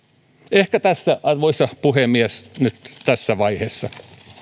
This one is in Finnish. ehkä tässä arvoisa puhemies nyt tässä vaiheessa